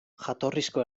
jatorrizko